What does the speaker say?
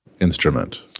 instrument